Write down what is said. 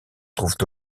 trouve